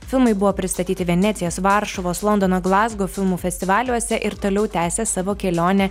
filmai buvo pristatyti venecijos varšuvos londono glazgo filmų festivaliuose ir toliau tęsia savo kelionę